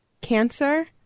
cancer